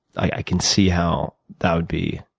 i can see how that would be